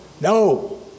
No